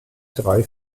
drei